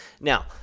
Now